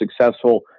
successful